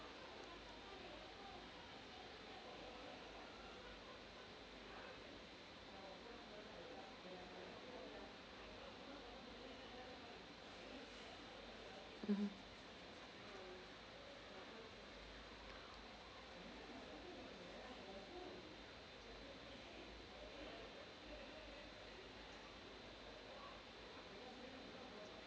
mmhmm